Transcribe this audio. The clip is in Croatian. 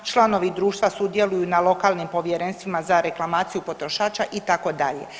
Članovi društva sudjeluju na lokalnim povjerenstvima za reklamaciju potrošača itd.